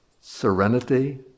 serenity